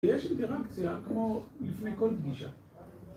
יש אינטראקציה, כמו לפני כל פגישה.